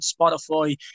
Spotify